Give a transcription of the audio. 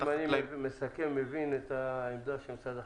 אם אני מבין ומסכם את הנקודה הראשונה בעמדה של משרד החקלאות,